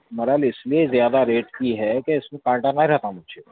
مرل اِس لیے زیادہ ریٹ کی ہے کہ اِس میں کانٹا نہیں رہتا مچلھی میں